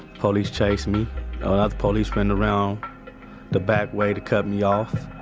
police chase me. and the police went around the back way to cut me off